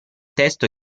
testo